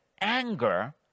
anger